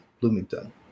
Bloomington